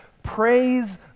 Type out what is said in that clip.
Praise